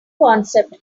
concept